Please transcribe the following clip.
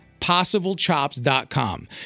PossibleChops.com